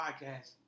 podcast